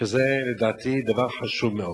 שזה, לדעתי, דבר חשוב מאוד.